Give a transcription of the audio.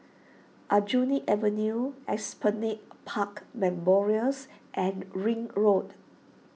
Aljunied Avenue Esplanade Park Memorials and Ring Road